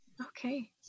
Okay